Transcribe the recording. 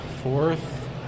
fourth